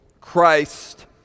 Christ